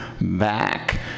back